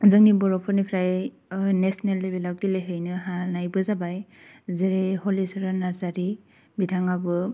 जोंनि बर'फोरनिफ्राय नेसनेल लेबेलाव गेलेहैनो हानायबो जाबाय जरै हलिसरन नारजारि बिथांआबो